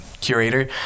curator